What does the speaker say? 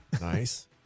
Nice